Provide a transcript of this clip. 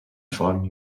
font